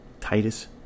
Titus